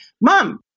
mom